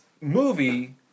movie